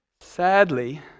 Sadly